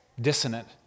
dissonant